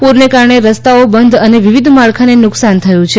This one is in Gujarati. પૂરને કારણે રસ્તાઓ બંધ અને વિવિધ માળખાંને નુકસાન થયું છે